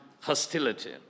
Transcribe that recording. hostility